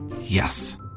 Yes